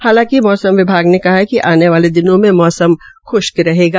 हालांकि मौसम विभाग ने कहा कि आने वाले दिनों मे मौसम श्ष्क रहेगा